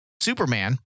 Superman